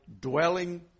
dwelling